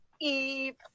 eep